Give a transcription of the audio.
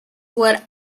what